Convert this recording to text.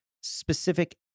specific